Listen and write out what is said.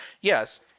Yes